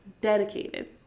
Dedicated